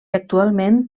actualment